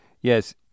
yes